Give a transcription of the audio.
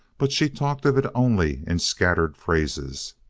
but she talked of it only in scattered phrases.